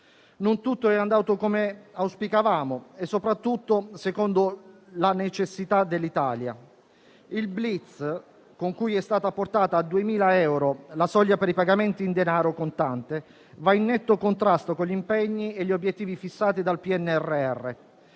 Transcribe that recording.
Non tutto è andato come auspicavamo e, soprattutto, secondo le necessità dell'Italia. Il *blitz* con cui è stata portata a 2.000 euro la soglia per i pagamenti in denaro contante va in netto contrasto con gli impegni e gli obiettivi fissati dal PNRR.